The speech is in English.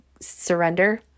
surrender